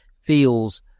feels